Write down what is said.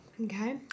Okay